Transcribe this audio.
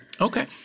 Okay